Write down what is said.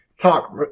talk